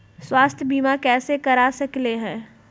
स्वाथ्य बीमा कैसे करा सकीले है?